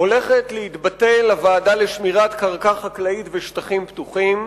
הולכת להתבטל הוועדה לשמירת קרקע חקלאית ושטחים פתוחים,